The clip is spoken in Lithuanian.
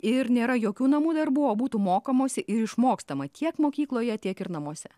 ir nėra jokių namų darbų o būtų mokomasi ir išmokstama tiek mokykloje tiek ir namuose